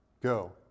Go